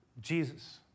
Jesus